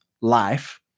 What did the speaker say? life